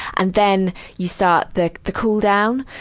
and then you start the the cooldown.